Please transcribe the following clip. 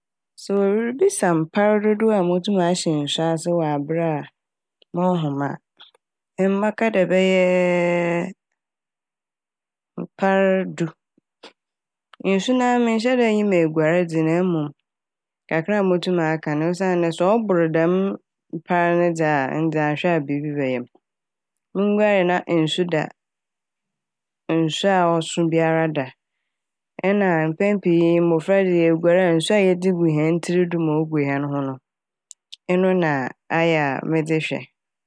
Sɛ oribisa m' mpɛn dodow a motum ahyɛ nsu ase wɔ aber a monnhom a emi mɛka dɛ bɛyɛɛ... mpar du. Nsu na a mennhyɛ da nnyim eguar dze na emom kakra a motum aka n' osiandɛ sɛ ɔbor dɛm mpar ne dze a ɛno dze annhwɛ a biibi bɛyɛ m'. Monnguare na nsu da - nsu a ɔso biara da. Nna mpɛn pii mofra de yeguar a nsu a yɛdze gu hɛn tsir do ma ogu hɛn ho no eno na ayɛ a medze hwɛ.